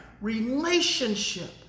Relationship